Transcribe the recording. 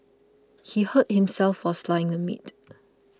he hurt himself while slicing the meat